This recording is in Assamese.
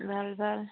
ভাল ভাল